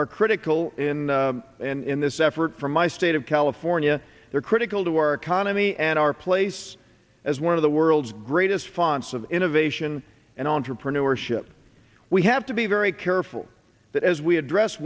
are critical in in this effort from my state of california they're critical to our economy and our place as one of the world's greatest fonts of innovation and entrepreneurship we have to be very careful that as we address